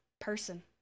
person